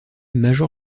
major